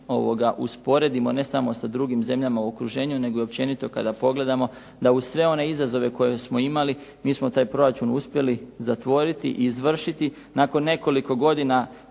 usporedimo ne samo sa drugim zemljama u okruženju nego i općenito kada pogledamo da uz sve one izazove koje smo imali mi smo taj proračun uspjeli zatvoriti i izvršiti. Nakon nekoliko godina